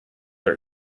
are